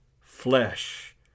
flesh